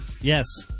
Yes